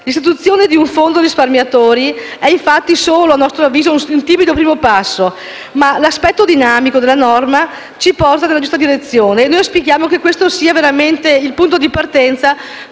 L'istituzione di un fondo per i risparmiatori, a nostro avviso, è solo un timido primo passo, ma l'aspetto dinamico della norma ci porta nella giusta direzione e auspichiamo che questo sia davvero il punto di partenza,